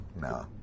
no